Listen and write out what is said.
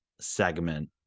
segment